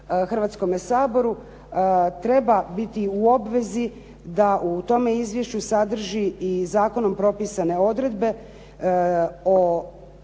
Hrvatskome saboru treba biti u obvezi da u tome izvješću sadrži i zakonom propisane odredbe o